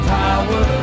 power